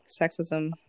sexism